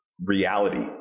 reality